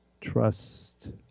trust